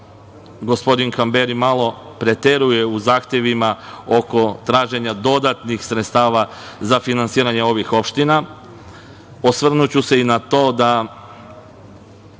gospodin Kamberi malo preteruje u zahtevima oko traženja dodatnih sredstava za finansiranje ovih opština. Osvrnuću se i na to da